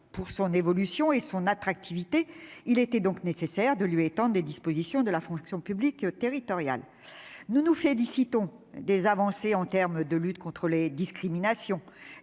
Pour son évolution et son attractivité, il était nécessaire de lui étendre des dispositions applicables à la fonction publique territoriale. Nous nous félicitons des avancées en matière de lutte contre les discriminations,